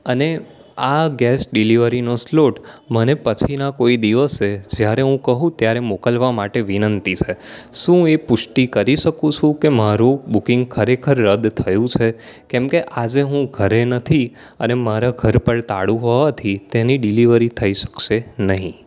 અને આ ગેસ ડિલિવરીની સ્લોટ મને પછીના કોઈ દિવસે જયારે હું કહું ત્યારે મોકલવા માટે વિનંતી છે શું એ પુષ્ટિ કરી શકું છું કે મારુ બુકિંગ ખરેખર રદ થયું છે કેમકે આજે હું ઘરે નથી અને મારા ઘર પર તાળું હોવાથી એની ડિલિવરી થઈ શકશે નહીં